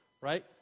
right